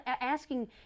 asking